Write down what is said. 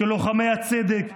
כלוחמי צדק,